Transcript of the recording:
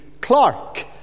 Clark